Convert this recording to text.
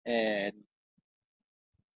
and